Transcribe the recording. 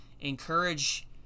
encourage